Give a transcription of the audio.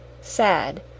sad